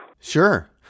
Sure